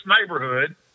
neighborhood